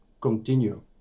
continue